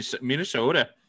Minnesota